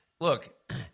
look